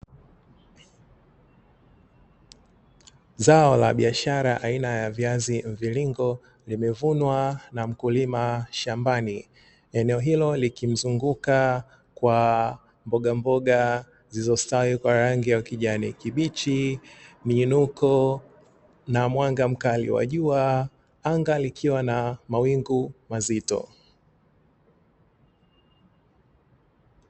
Zao la biashara aina ya viazi mviringo limevunwa na mkulima shambani. Eneo hilo likimzunguka kwa mbogamboga zilizostawi kwa rangi ya kijani kibichi, muinuko na mwanga mkali wa jua, anga likiwa na mawingu mazito.